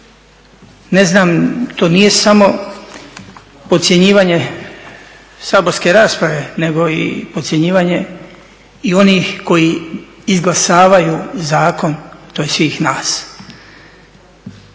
Ne znam to nije samo podcjenjivanje saborske rasprave nego i podcjenjivanje i onih koji izglasavaju zakon, to je svih nas.